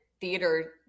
theater